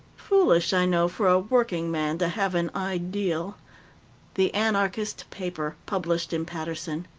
foolish, i know, for a workingman to have an ideal the anarchist paper published in paterson,